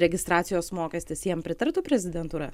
registracijos mokestis jam pritartų prezidentūra